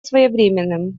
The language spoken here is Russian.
своевременным